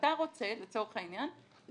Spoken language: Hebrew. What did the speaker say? אתה רוצה לצורך העניין,